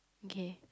okay